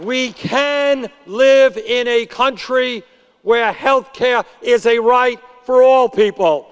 we can live in a country where health care is a right for all people